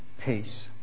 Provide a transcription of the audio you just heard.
peace